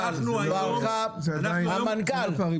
המנכ"ל,